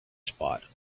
spot